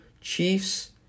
Chiefs